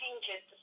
changes